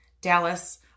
Dallas